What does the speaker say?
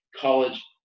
college